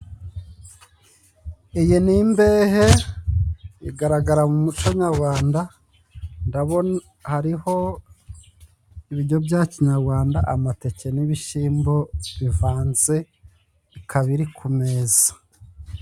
Iyi ni imbehe igaragara mu muco nyagwanda. Hariho ibijyo bya kinyagwanda : amateke n'ibishimbo bivanze bikaba biri ku meza.